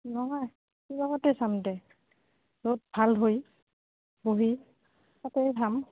নহয় মতে চাম দে য'ত ভাল হৈ বহি তাতে খাম